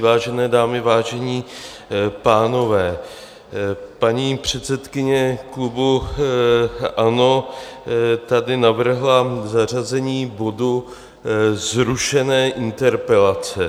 Vážené dámy, vážení pánové, paní předsedkyně klubu ANO tady navrhla zařazení bodu Zrušené interpelace.